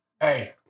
Hey